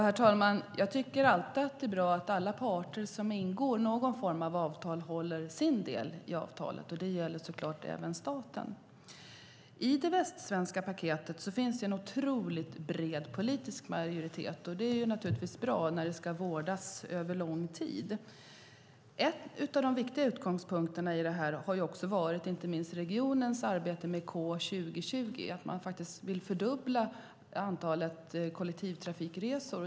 Herr talman! Jag tycker alltid att det är bra att alla parter som ingår någon form av avtal håller sin del av avtalet. Det gäller såklart även staten. I det västsvenska paketet finns en bred politisk majoritet. Det är naturligtvis bra när det ska vårdas över lång tid. En viktig utgångspunkt i detta har varit regionens arbete med K2020, där man vill fördubbla antalet kollektivtrafikresor.